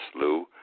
Lou